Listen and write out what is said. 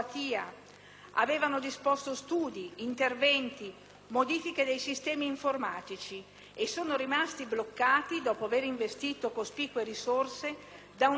avevano disposto studi, interventi e modifiche dei sistemi informatici, ma sono rimasti bloccati dopo avere investito cospicue risorse, da una norma